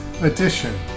edition